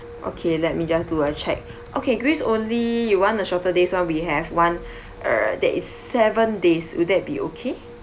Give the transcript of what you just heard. okay let me just do a check okay greece only you want the shorter days [one] we have one err that is seven days will that be okay